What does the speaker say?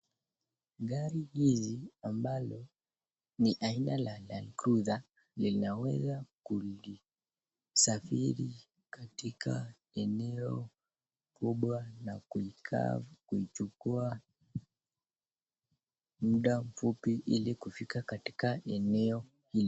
Gari hizi, ambalo ni aina la landcruize linaweza kulisafiri katika eneo kubwa na kuikaa kuchukua mda mfupi ili kufika katika eneo hii.